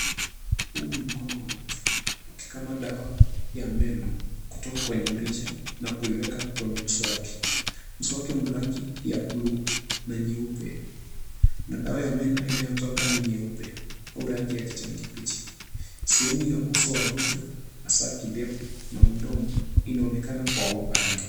Huu ni mkono wa mtu ukikama dawa ya meno kutoka kwenye mrija na kuiweka kwenye mswagi, mswagi una rangi ya bluu na nyeupe. na dawa ya menu inatoka ni nyeupe au rangi ya kijani kibichi, sehemu ya uso wa mtu hasa kidefu na mdomo inaonekana kwa ubali.